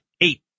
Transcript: eight